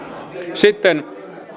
sitten